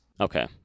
Okay